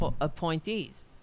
appointees